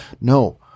No